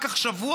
רק השבוע,